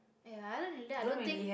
ya other than that I don't think